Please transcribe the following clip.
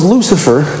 Lucifer